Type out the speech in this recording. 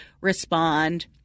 respond